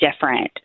different